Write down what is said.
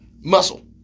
muscle